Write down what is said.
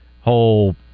whole